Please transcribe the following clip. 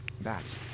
Bats